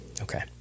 Okay